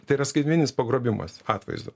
tai yra skaitmeninis pagrobimas atvaizdo